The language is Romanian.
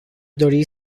dori